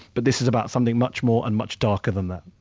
but this is about something much more and much darker than that.